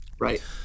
Right